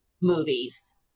movies